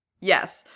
yes